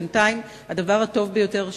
בינתיים הדבר הטוב ביותר שמצאנו,